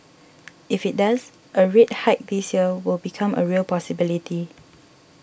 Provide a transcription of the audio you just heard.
if it does a rate hike this year will become a real possibility